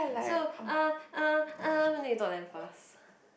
so uh uh uh then you talk damn fast